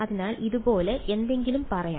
അതിനാൽ ഇതുപോലെ എന്തെങ്കിലും പറയാം